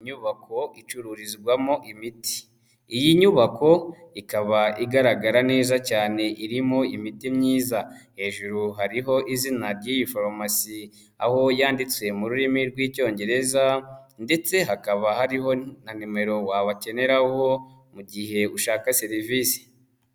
Inyubako icururizwamo imiti, iyi nyubako ikaba igaragara neza cyane irimo imiti myiza hejuru, hariho izina ry'iyi farumasi aho yanditse mu rurimi rw'Icyongereza ndetse hakaba hariho na nimero wabakeneraho mu gihe ushaka serivisi.